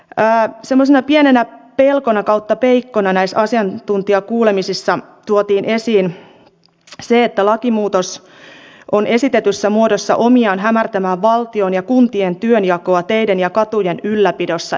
semmoisena pienenä pelkona tai peikkona näissä asiantuntijakuulemisissa tuotiin esiin se että lakimuutos on esitetyssä muodossaan omiaan hämärtämään entisestään valtion ja kuntien työnjakoa teiden ja katujen ylläpidossa